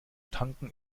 tanken